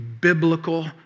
biblical